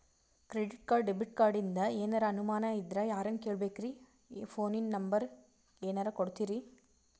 Credit card, debit ಕಾರ್ಡಿಂದ ಏನರ ಅನಮಾನ ಇದ್ರ ಯಾರನ್ ಕೇಳಬೇಕ್ರೀ, ಫೋನಿನ ನಂಬರ ಏನರ ಕೊಡ್ತೀರಿ?